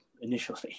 initially